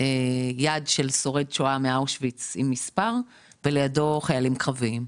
שבה רואים יד עם מספר של שורד שואה מאושוויץ ולידו חיילים קרביים.